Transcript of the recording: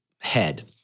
head